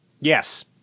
Yes